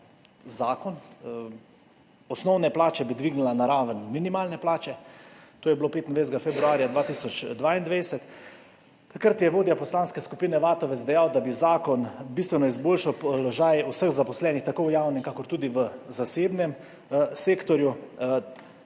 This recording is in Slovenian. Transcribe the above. zakon, osnovne plače bi dvignila na raven minimalne plače. To je bilo 25. februarja 2022. Takrat je vodja poslanske skupine Vatovec dejal, da bi zakon bistveno izboljšal položaj vseh zaposlenih tako v javnem kakor tudi v zasebnem sektorju.